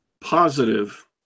positive